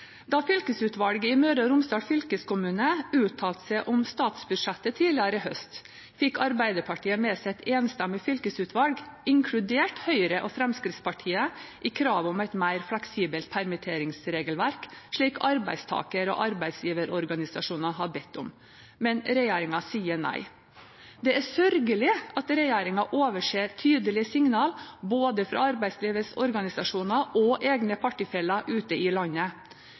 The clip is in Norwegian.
Da fylkesutvalget i Møre og Romsdal fylkeskommune uttalte seg om statsbudsjettet tidligere i høst, fikk Arbeiderpartiet med seg et enstemmig fylkesutvalg, inkludert Høyre og Fremskrittspartiet, i kravet om et mer fleksibelt permitteringsregelverk, slik arbeidstaker- og arbeidsgiverorganisasjonene har bedt om. Men regjeringen sier nei. Det er sørgelig at regjeringen overser tydelige signaler fra både arbeidslivets organisasjoner og egne partifeller ute i landet.